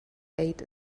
ate